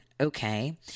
okay